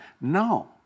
No